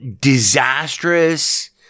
disastrous